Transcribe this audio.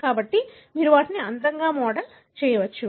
కాబట్టి మీరు వాటిని అందంగా మోడల్ చేయవచ్చు